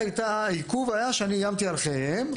העיכוב היה שאני איימתי על חייהם.